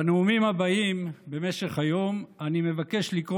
בנאומים הבאים במשך היום אני מבקש לקרוא